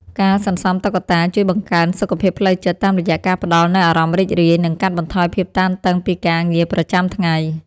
ការសន្សំតុក្កតាជួយបង្កើនសុខភាពផ្លូវចិត្ត តាមរយៈការផ្ដល់នូវអារម្មណ៍រីករាយ និងកាត់បន្ថយភាពតានតឹងពីការងារប្រចាំថ្ងៃ។